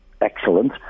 excellent